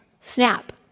snap